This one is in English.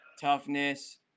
toughness